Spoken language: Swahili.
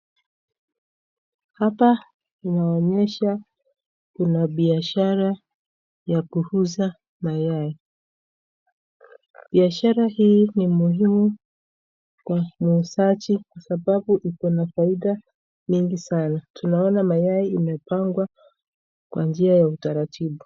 Hapa inaonyesha kuna biashara ya kuuza mayai. Biashara hii ina muhimu kwa muuzaji kwa sababu iko faida mingi sana, tunaona mayai imepangwa kwa utaratibu.